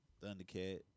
Thundercat